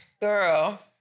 Girl